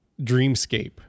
dreamscape